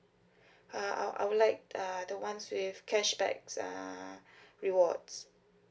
uh I I would like uh the ones with cashbacks uh rewards